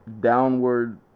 downward